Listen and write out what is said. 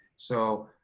so,